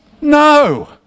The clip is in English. No